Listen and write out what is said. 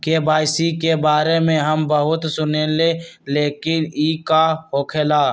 KYC के बारे में हम बहुत सुनीले लेकिन इ का होखेला?